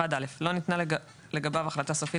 "(1א)לא ניתנה לגביו החלטה סופית